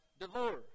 divorce